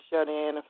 shut-in